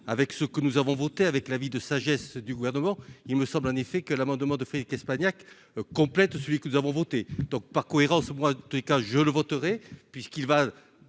avec ce que nous avons voté avec l'avis de sagesse du gouvernement, il me semble en effet que l'amendement de Frédéric Espagnac complète celui que nous avons voté donc par cohérence au bras cas je le voterai puisqu'il va,